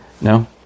No